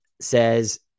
says